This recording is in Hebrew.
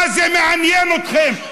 מה זה מעניין אתכם?